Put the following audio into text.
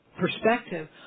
perspective